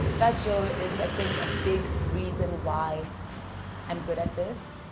fat joe is i think a big reason why i'm good at this